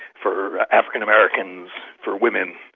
for african americans, for women,